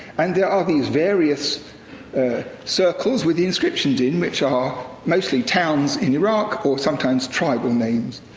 and there are these various circles with the inscriptions in, which are mostly towns in iraq, or sometimes tribal names.